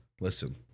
listen